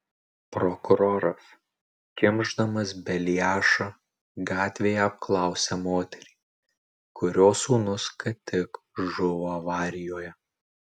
prokuroras kimšdamas beliašą gatvėje apklausia moterį kurios sūnus ką tik žuvo avarijoje